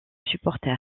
supporter